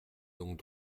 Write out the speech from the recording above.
donc